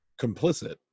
complicit